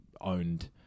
owned